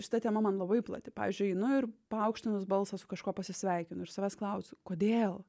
šita tema man labai plati pavyzdžiui einu ir paaukštinus balsą su kažkuo pasisveikinu ir savęs klausiu kodėl